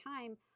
time